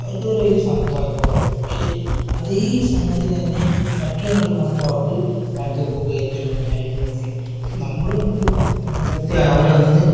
അവർക്ക് അതൊരു വലിയ സംഭവമായി തോന്നില്ല പക്ഷെ അതേ സംഗതി തന്നെ മറ്റൊരു നാട്ടിൽ കാണുമ്പോൾ അവ ഭയങ്കര പുകഴ്ത്തലും കാര്യങ്ങളൊക്കെ അപ്പം നമ്മുടെ നാട്ടിലുള്ള സംരംഭത്തെ അവർ അന്ന്